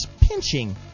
pinching